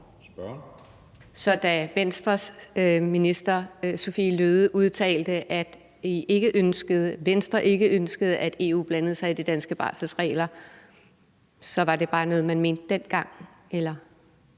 Så da Venstres sundhedsminister udtalte, at Venstre ikke ønskede, at EU blandede sig i de danske barselsregler, var det altså bare noget, man mente dengang,